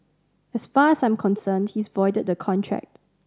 as far as I'm concerned he's voided the contract